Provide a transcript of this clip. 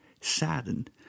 saddened